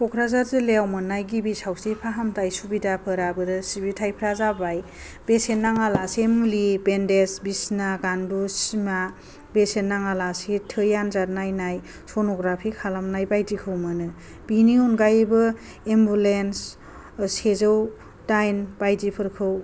क'क्राझार जिल्लायाव मोननाय गिबि सावस्रि फाहामथाइ सुबिदाफोरा बोरो सिबिथाइफ्रा जाबाय बेसेन नाङालासे मुलि बेन्देस बिसिना गान्दु सिमा बेसेन नाङा लासे थै आन्जाद नायनाय सन'ग्राफि खालामनाय बायदिखौ मोनो बिनि अनगायैबो एम्बुलेन्स सेजौ दाइन बायदि फोरखौ